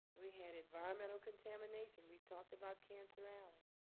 we had environmental contamination. we've talked about cancer alley,